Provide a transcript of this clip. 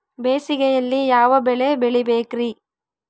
ಬೇಸಿಗೆಯಲ್ಲಿ ಯಾವ ಬೆಳೆ ಬೆಳಿಬೇಕ್ರಿ?